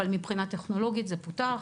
אבל מבחינת טכנולוגית זה פותח,